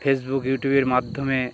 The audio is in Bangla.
ফেসবুক ইউটিউবের মাধ্যমে